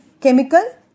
chemical